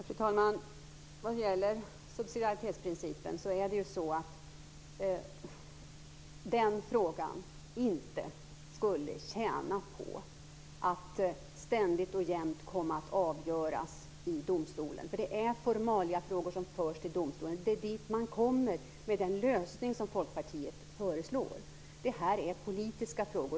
Fru talman! Frågan om subsidiaritetsprincipen skulle inte tjäna på att ständigt och jämt komma att avgöras i domstolen. Det är formaliafrågor som förs till domstolen. Det är dit man kommer med den lösning som Folkpartiet föreslår. Detta är politiska frågor.